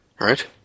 right